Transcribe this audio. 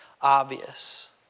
obvious